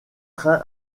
train